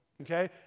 okay